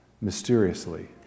mysteriously